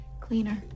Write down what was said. Cleaner